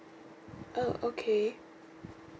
oh okay